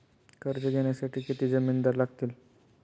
कर्ज घेण्यासाठी किती जामिनदार लागतील?